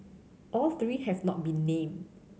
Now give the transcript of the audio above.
all three have not been named